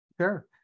Sure